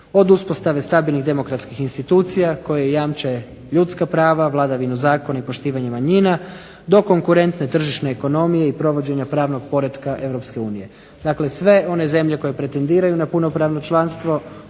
Od uspostave stabilnih demokratskih institucija koje jamče ljudska prava, vladavinu zakona i poštivanju manjina, do konkurentne tržišne ekonomije i provođenja pravnog poretka Europske unije. Dakle, sve one zemlje koje pretendiraju na punopravno članstvo